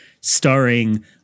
starring